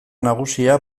nagusia